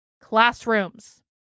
classrooms